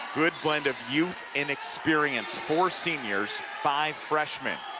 good blend of youth and experience. four seniors, five freshmen.